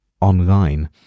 online